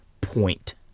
point